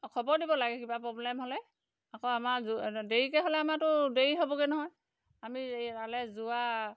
অঁ খবৰ দিব লাগে কিবা প্ৰব্লেম হ'লে আকৌ আমাৰ দেৰিকৈ হ'লে আমাৰতো দেৰি হ'বগৈ নহয় আমি ইয়ালৈ যোৱা